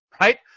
right